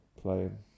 playing